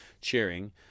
cheering